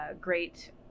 great